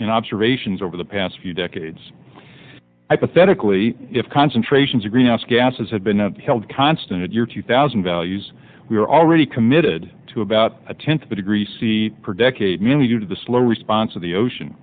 in observations over the past few decades i pathetically if concentrations of greenhouse gases have been held constant year two thousand values we are already committed to about a tenth of a degree c per decade mainly due to the slow response of the ocean